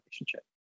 relationship